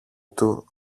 του